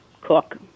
cook